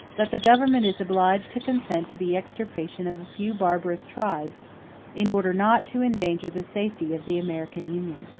that the government is obliged to consent to the extirpation of a few barbarous tribes in order not to endanger the safety of the american union.